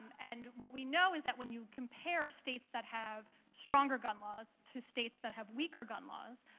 and what we know is that when you compare states that have stronger gun laws to states that have weaker gun laws,